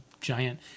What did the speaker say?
giant